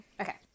Okay